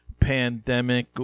pandemic